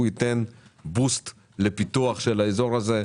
ייתן בוסט לפיתוח של האזור הזה,